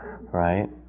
right